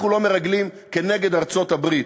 אנחנו לא מרגלים כנגד ארצות-הברית.